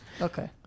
Okay